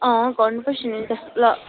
अँ गर्नुपर्छ नि त ल